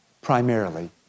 primarily